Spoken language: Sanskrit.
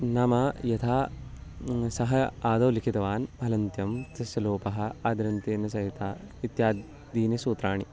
नाम यथा सः आदौ लिखितवान् हलन्त्यं तस्य लोपः आदिरन्त्येन सहेता इत्यादीनि सूत्राणि